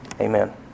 Amen